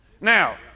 Now